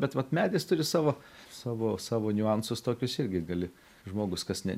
bet vat medis turi savo savo savo niuansus tokius irgi gali žmogus kas ne